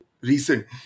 recent